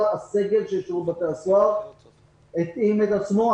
אבל הסגל של שירות בתי הסוהר התאים עצמו.